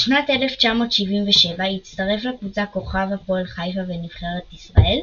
בשנת 1977 הצטרף לקבוצה כוכב הפועל חיפה ונבחרת ישראל,